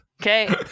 Okay